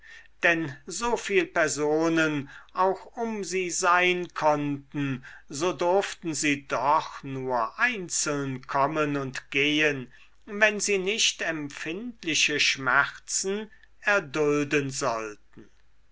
denn soviel personen auch um sie sein konnten so durften sie doch nur einzeln kommen und gehen wenn sie nicht empfindliche schmerzen erdulden sollten